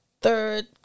third